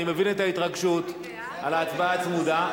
אני מבין את ההתרגשות על ההצבעה הצמודה,